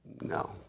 No